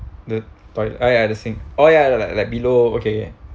the toilet ah ya ya the sink or ya like like below okay